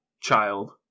child